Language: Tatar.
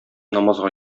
намазга